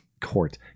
court